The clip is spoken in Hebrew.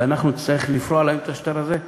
ואנחנו נצטרך לפרוע להם את השטר הזה,